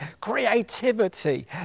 creativity